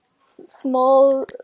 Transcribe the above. small